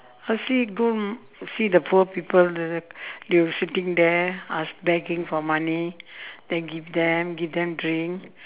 firstly go see the poor people the the they were sitting there begging for money then give them give them drink